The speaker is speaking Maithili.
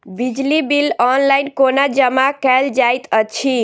बिजली बिल ऑनलाइन कोना जमा कएल जाइत अछि?